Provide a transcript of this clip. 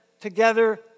together